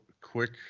quick